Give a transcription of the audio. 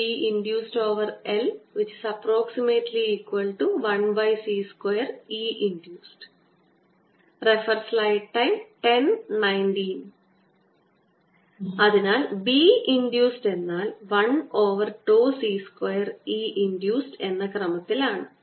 B induced l1c2Eഇൻഡ്യൂസ്ഡ് അതിനാൽ B induced എന്നാൽ l over τ C square E induced എന്ന ക്രമത്തിൽ ആണ്